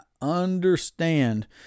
understand